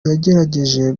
yagerageje